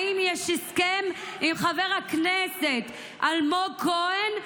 האם יש הסכם עם חבר הכנסת אלמוג כהן?